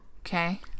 Okay